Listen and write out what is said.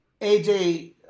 AJ